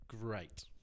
Great